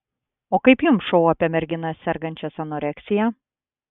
o kaip jums šou apie merginas sergančias anoreksija